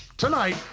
tonight,